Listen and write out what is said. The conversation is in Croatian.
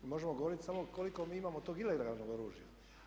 Mi možemo govoriti samo koliko mi imamo tog ilegalnog oružja.